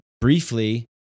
briefly